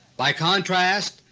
by contrast,